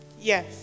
Yes